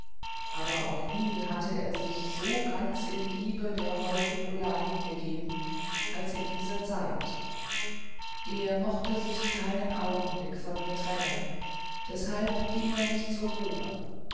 aber auch nie hatte er sich so ganz in liebe der holden ulla hingegeben als in dieser zeit er mochte sich keinen augenblick von ihr trennen deshalb ging er nicht zur grube